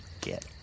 get